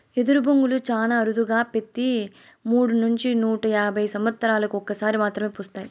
ఎదరు బొంగులు చానా అరుదుగా పెతి మూడు నుంచి నూట యాభై సమత్సరాలకు ఒక సారి మాత్రమే పూస్తాయి